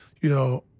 you know,